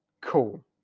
cool